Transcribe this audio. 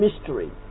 mystery